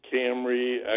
Camry